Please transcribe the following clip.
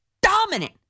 dominant